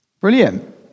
Brilliant